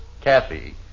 Kathy